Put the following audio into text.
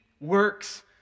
works